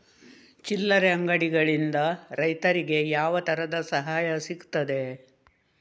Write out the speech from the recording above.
ಚಿಲ್ಲರೆ ಅಂಗಡಿಗಳಿಂದ ರೈತರಿಗೆ ಯಾವ ತರದ ಸಹಾಯ ಸಿಗ್ತದೆ?